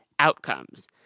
outcomes